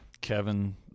kevin